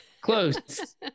close